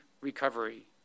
recovery